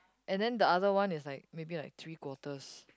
and then the other one is like maybe like three quarters